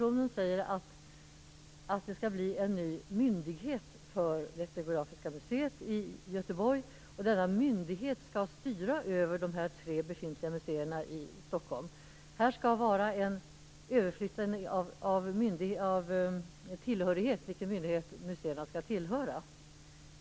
I den sägs att det skall bli en ny myndighet i Göteborg för Etnografiska museet. Denna myndighet skall styra över dessa tre befintliga museer i Stockholm. Här skall alltså ske en överflyttning av vilken myndighet som museerna skall tillhöra.